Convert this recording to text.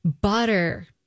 Butter